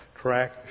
track